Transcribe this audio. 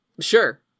Sure